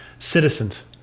Citizens